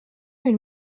une